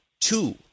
two